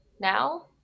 now